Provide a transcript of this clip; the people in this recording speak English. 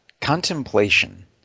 contemplation